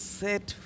set